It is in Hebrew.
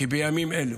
בימים אלו